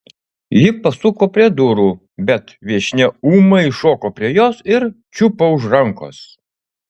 ji pasuko prie durų bet viešnia ūmai šoko prie jos ir čiupo už rankos